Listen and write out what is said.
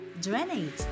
drainage